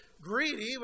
greedy